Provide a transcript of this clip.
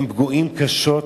הם פגועים קשות.